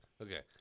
Okay